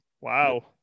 wow